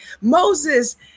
Moses